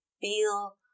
feel